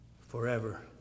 forever